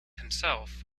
himself